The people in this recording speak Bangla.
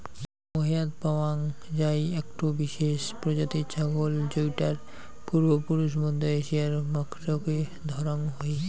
মোহেয়াৎ পাওয়াং যাই একটো বিশেষ প্রজাতির ছাগল যৌটার পূর্বপুরুষ মধ্য এশিয়ার মাখরকে ধরাং হই